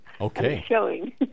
Okay